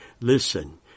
Listen